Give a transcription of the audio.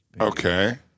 Okay